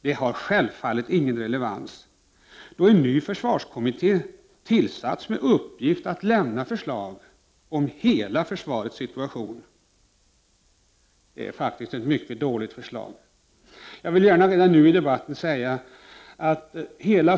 Det har självfallet ingen relevans, då en ny försvarskommitté har tillsatts med uppgift att lämna förslag om hela försvarets situation. Det är ett mycket dåligt förslag.